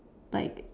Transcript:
like